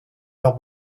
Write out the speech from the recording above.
leurs